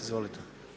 Izvolite.